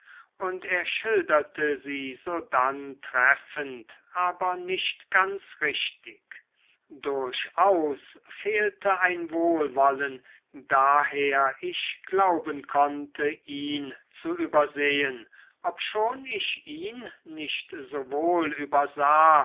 und er schilderte sie sodann treffend aber nicht ganz richtig durchaus fehlte ein wohlwollen daher ich glauben konnte ihn zu übersehen obschon ich ihn nicht sowohl übersah